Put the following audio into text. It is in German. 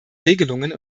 regelungen